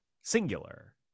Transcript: singular